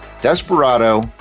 Desperado